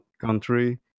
country